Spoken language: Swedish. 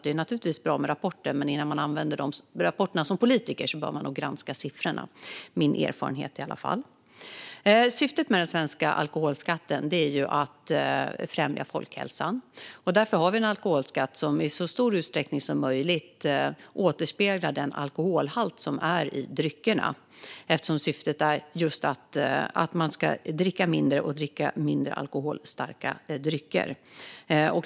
Det är naturligtvis bra med rapporter, men innan man använder de rapporterna som politiker bör man nog granska siffrorna. Det är i alla fall min erfarenhet. Syftet med den svenska alkoholskatten är att främja folkhälsan. Därför har vi en alkoholskatt som i så stor utsträckning som möjligt återspeglar den alkoholhalt som dryckerna har, eftersom syftet just är att man ska dricka mindre och att man ska dricka mindre alkoholstarka drycker.